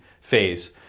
phase